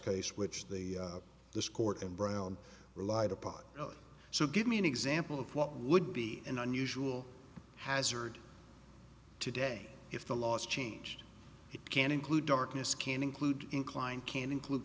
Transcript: case which the this court in brown relied upon so give me an example of what would be an unusual hazard today if the laws changed it can include darkness can include incline can include